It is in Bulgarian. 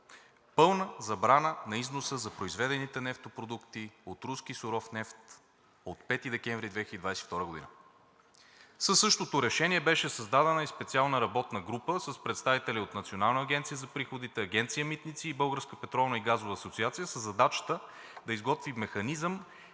пълна забрана на износа за произведените нефтопродукти от руски суров нефт от 5 декември 2022 г. Със същото решение беше създадена и специална работна група с представители от Националната агенция за приходите, Агенция „Митници“ и Българска петролна и